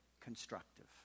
constructive